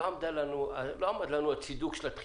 לא עמד לנו הצידוק של הדחיפות,